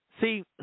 See